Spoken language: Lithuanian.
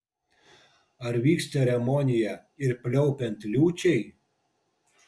ar vyks ceremonija ir pliaupiant liūčiai